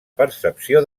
percepció